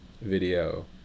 video